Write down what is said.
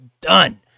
done